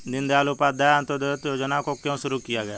दीनदयाल उपाध्याय अंत्योदय योजना को क्यों शुरू किया गया?